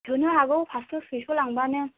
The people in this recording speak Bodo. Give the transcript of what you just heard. थोनो हागौ पासस' सयस' लांबानो